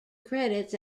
credits